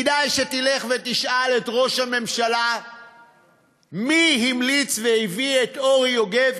כדאי שתלך ותשאל את ראש הממשלה מי המליץ והביא את אורי יוגב,